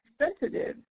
sensitive